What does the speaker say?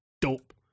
Dope